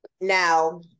Now